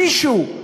מישהו, בל"ד,